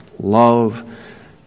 Love